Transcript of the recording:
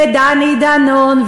דני דנון,